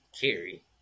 carry